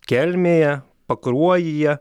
kelmėje pakruojyje